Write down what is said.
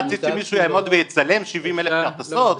רציתם שמישהו יעמוד ויצלם 70,000 כרטסות?